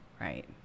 right